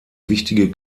wichtige